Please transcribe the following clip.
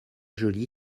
joly